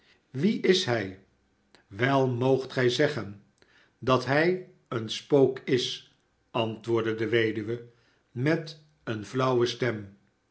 wie is hij wel moogt gij zeggen dat hij een spook is antwoordde de weduwe met eene flauwe stem